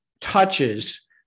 touches